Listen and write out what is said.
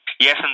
Yes